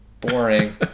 Boring